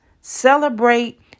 Celebrate